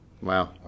Wow